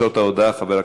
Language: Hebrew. הודעת הממשלה עברה,